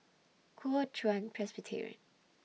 Kuo Chuan Presbyterian